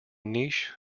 niche